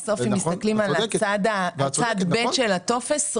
בסוף אם מסתכלים על צד ב' של הטופס,